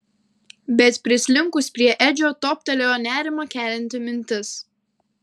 bet prislinkus prie edžio toptelėjo nerimą kelianti mintis